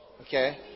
Okay